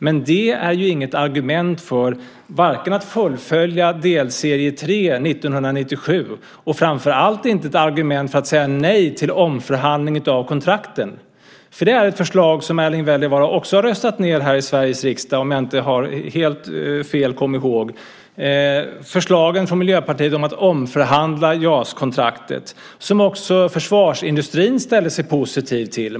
Men det är ju inget argument för att fullfölja delserie 3 1997 och framför allt inte ett argument för att säga nej till omförhandling av kontrakten. För det är ett förslag som Erling Wälivaara också har röstat ned här i Sveriges riksdag om jag inte har helt fel komihåg. Förslagen från Miljöpartiet om att omförhandla JAS-kontraktet ställde sig också försvarsindustrin positiv till.